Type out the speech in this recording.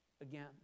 again